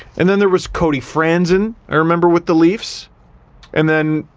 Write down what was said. and then there was cody franzen i remember with the leafs and then,